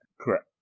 Correct